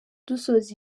dusoza